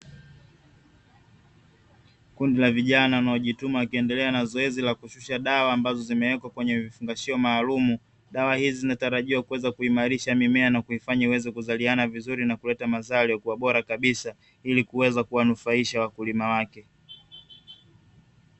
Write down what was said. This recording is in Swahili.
Kundi la vijana wanaojituma, wakiendelea na zoezi la kushusha dawa, ambazo zimeekwa kwenye kifungashio maalumu. Dawa hizi zinatarajia kuweza kuimarisha mimea na kufanya iweze kuzaliana vizuri, na kuleta mazao yaliyokuwa bora kabisa, ili kuweza kuwanufaisha wakulima wake.